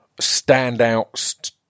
standouts